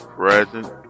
present